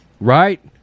right